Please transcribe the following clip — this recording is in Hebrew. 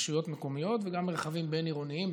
רשויות מקומיות וגם מרחבים בין-עירוניים,